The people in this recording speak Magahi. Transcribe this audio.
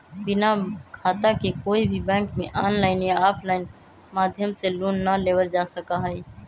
बिना खाता के कोई भी बैंक में आनलाइन या आफलाइन माध्यम से लोन ना लेबल जा सका हई